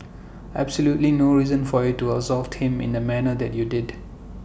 absolutely no reason for you to assault him in the manner that you did